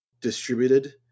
distributed